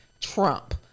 Trump